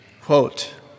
quote